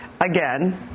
again